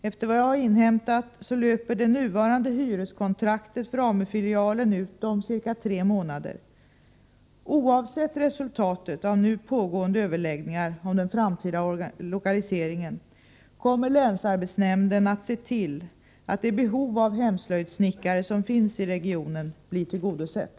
Efter vad jag har inhämtat löper det nuvarande hyreskontraktet för AMU-filialen ut om ca tre månader. Oavsett resultatet av nu pågående överläggningar om den framtida lokaliseringen, kommer länsarbetsnämnden att se till att det behov av hemslöjdssnickare som finns i regionen blir tillgodosett.